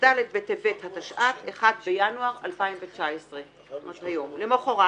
כ״ד בטבת התשע״ט - בינואר 2019. למחרת,